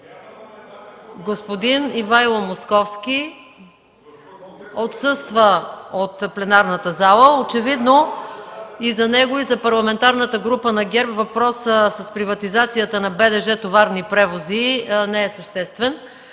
Господин Ивайло Московски отсъства от пленарната зала. Очевидно и за него, и за Парламентарната група на ГЕРБ въпросът с приватизацията на БДЖ „Товарни превози” не е съществен.